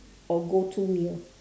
or go to meal